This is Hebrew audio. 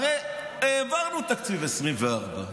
הרי העברנו תקציב 2024,